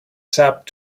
sap